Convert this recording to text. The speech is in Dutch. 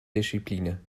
discipline